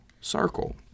circle